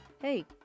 hey